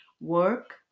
work